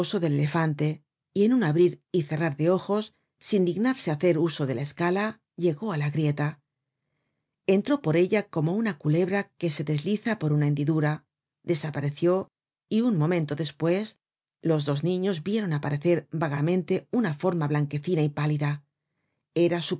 elefante y en un abrir y cerrar de ojos sin dignarse hacer uso de la escala llegó á la grieta entró por ella como una culebra que se desliza por una hendidura desapareció y un momento despues los dos niños vieron aparecer vagamente una forma blanquecina y pálida era su